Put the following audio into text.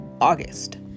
august